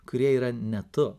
kurie yra ne tu